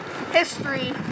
History